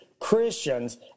Christians